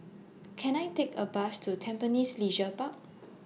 Can I Take A Bus to Tampines Leisure Park